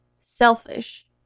selfish